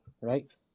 right